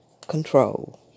control